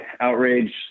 outrage